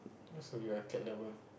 uh so you're a cat lover